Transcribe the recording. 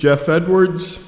jeff edwards